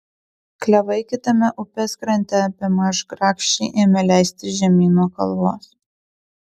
klevai kitame upės krante bemaž grakščiai ėmė leistis žemyn nuo kalvos